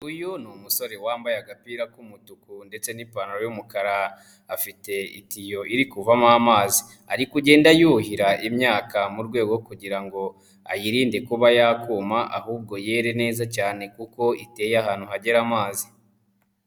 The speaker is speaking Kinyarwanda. Uyu ni umusore wambaye agapira k'umutuku ndetse n'ipantara y'umukara afite itiyo iri kuvamo amazi. Ari kugenda yuhira imyaka mu rwego rwo kugira ngo ayirinde kuba yakuma ahubwo yere neza cyane kuko iteye ahantu hagera amazi.